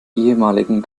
ehemaligen